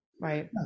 right